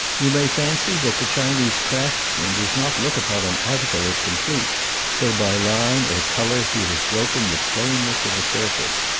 you may fancy that the chinese craftsman does not look upon an article as complete till by line or colour he has broken the plainness of a surface.